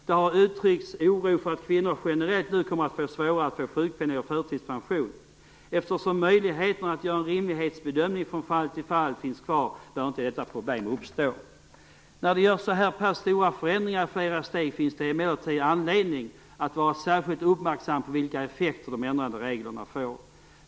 Det har uttryckts oro för att det generellt kommer att bli svårare för kvinnor att få sjukpenning eller förtidspension. Eftersom möjligheterna att göra en rimlighetsbedömning från fall till fall finns kvar, bör inte detta problem uppstå. När det görs så här pass stora förändringar i flera steg, finns det emellertid anledning att vara särskilt uppmärksam på de effekter som de ändrade reglerna får.